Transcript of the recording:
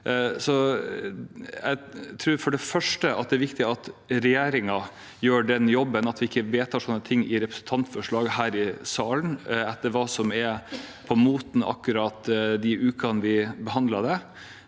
Jeg tror det er viktig at regjeringen gjør den jobben, og at vi ikke vedtar sånne ting gjennom representantforslag her i salen, etter hva som er på moten akkurat de ukene vi behandler det.